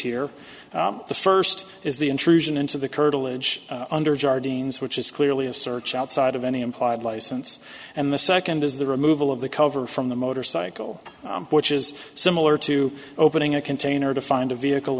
here the first is the intrusion into the curtilage under jardins which is clearly a search outside of any implied license and the second is the removal of the cover from the motorcycle which is similar to opening a container to find a vehicle